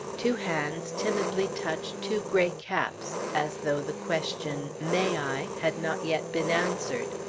two hands timidly touch two gray caps, as though the question may i? had not yet been answered.